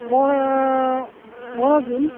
ᱢᱟᱱᱮ ᱢᱚᱬᱮ ᱫᱤᱱ